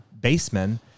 baseman